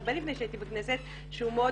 הרבה לפני שהייתי בכנסת - שהוא מאוד